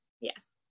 Yes